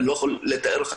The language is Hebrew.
ואני רוצה להזכיר: